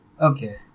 okay